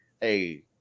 Hey